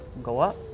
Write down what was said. go up.